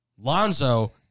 Lonzo